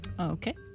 Okay